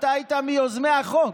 אתה היית מיוזמי החוק.